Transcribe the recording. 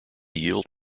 yield